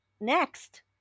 next